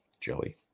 Jelly